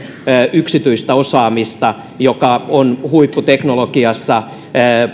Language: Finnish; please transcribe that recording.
yksityistä osaamista joka on huipputeknologiassa